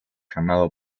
llamado